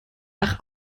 nach